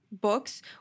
books